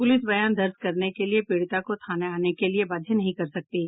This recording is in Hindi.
पुलिस बयान दर्ज करने के लिए पीड़िता को थाना आने के लिए बाध्य नहीं कर सकती है